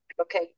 Okay